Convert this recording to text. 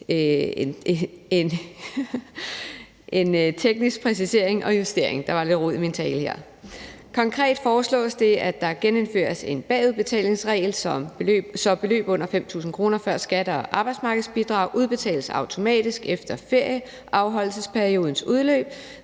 en teknisk præcisering og justering. Konkret foreslås det, at der genindføres en bagudbetalingsregel, så beløb under 5.000 kr. før skat og arbejdsmarkedsbidrag udbetales automatisk efter ferieafholdelsesperiodens udløb,